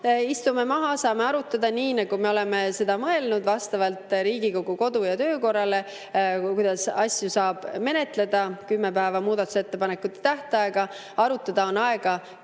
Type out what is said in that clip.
istume maha, et saaksime arutada nii, nagu me oleme seda mõelnud vastavalt Riigikogu kodu- ja töökorrale, kuidas asju saab menetleda, et kümme päeva on muudatusettepanekute tähtajaks. Arutada on aega